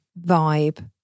vibe